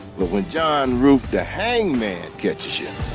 but when john ruth the hangman. catches you.